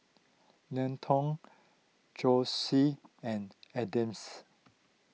Linton Josie and Adams